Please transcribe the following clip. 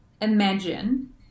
imagine